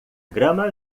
grama